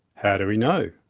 how do we know?